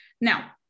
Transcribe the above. Now